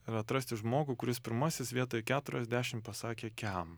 ir atrasti žmogų kuris pirmasis vietoj keturiasdešim pasakė kiam